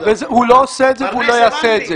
הוא לא עושה את זה והוא לא יעשה את זה.